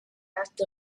act